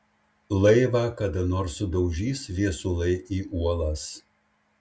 laivą kada nors sudaužys viesulai į uolas